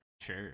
Sure